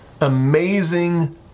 amazing